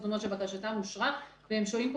זאת אומרת שבקשתם אושרה והם שוהים פה